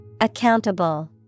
Accountable